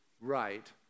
right